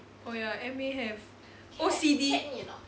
oh ya M_A have O_C_D